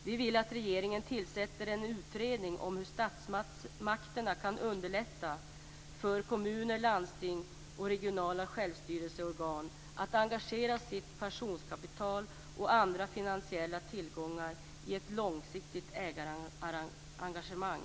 Vi vill att regeringen tillsätter en utredning om hur statsmakterna kan underlätta för kommuner, landsting och regionala självstyrelseorgan att engagera sitt pensionskapital och andra finansiella tillgångar i ett långsiktigt ägarengagemang.